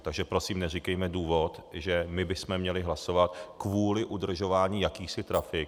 Takže prosím, neříkejme důvod, že my bychom měli hlasovat kvůli udržování jakýchsi trafik.